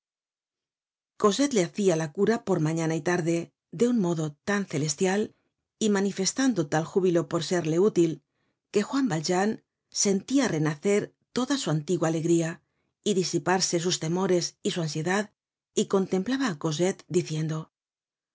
cosette le hacia la cura por mañana y tarde de un modo tan celestial y manifestando tal júbilo por serle útil que juan valjean sentia renacer toda su antigua alegría y disiparse sus temores y su ansiedad y contemplaba á cosette diciendo